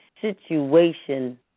situation